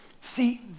See